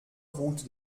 route